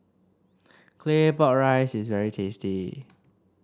Claypot Rice is very tasty